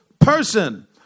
person